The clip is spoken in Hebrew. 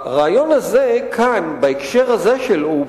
הרעיון הזה כאן, בהקשר הזה שלו, הוא